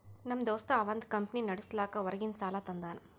ನಮ್ ದೋಸ್ತ ಅವಂದ್ ಕಂಪನಿ ನಡುಸ್ಲಾಕ್ ಹೊರಗಿಂದ್ ಸಾಲಾ ತಂದಾನ್